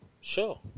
Sure